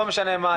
לא משנה מה,